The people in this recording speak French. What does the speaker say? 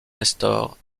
nestor